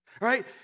right